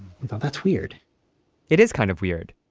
that's weird it is kind of weird,